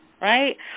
right